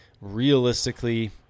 realistically